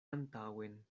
antaŭen